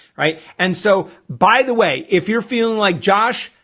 right? and so by the way, if you're feeling like josh,